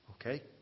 Okay